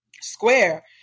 Square